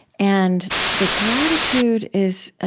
and the gratitude is ah